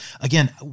again